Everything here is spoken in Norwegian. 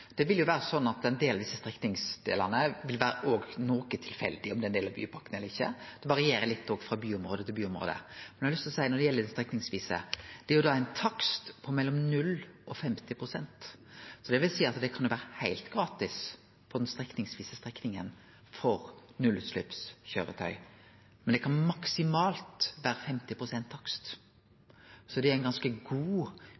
det vere noko tilfeldig om dei er ein del av bypakken eller ikkje. Det varierer litt frå byområde frå byområde. Men eg har lyst til å seie at når det gjeld strekningsvise delar, er det ein takst på mellom 0 og 50 pst. Det vil seie at det kan vere heilt gratis for nullutsleppskøyretøy på ei strekning, men det kan maksimalt vere